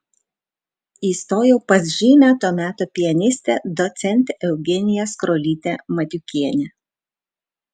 įstojau pas žymią to meto pianistę docentę eugeniją skrolytę matiukienę